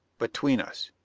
between us,